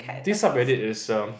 this sub-reddit is um